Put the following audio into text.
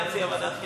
להציע ועדת חינוך,